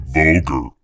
vulgar